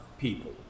people